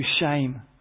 shame